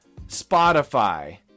Spotify